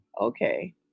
Okay